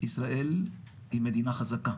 ישראל היא מדינה חזקה,